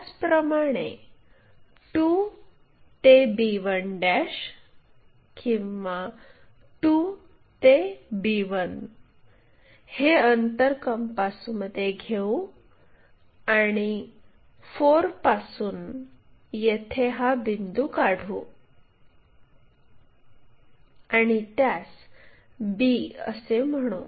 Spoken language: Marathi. त्याचप्रमाणे 2 ते b1 किंवा 2 ते b1 हे अंतर कंपासमध्ये घेऊ आणि 4 पासून येथे हा बिंदू काढू आणि त्यास b असे म्हणू